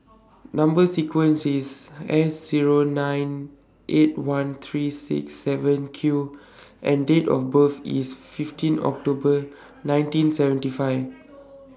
Number sequence IS S Zero nine eight one three six seven Q and Date of birth IS fifteen October nineteen seventy five